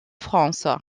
france